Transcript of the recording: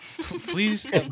Please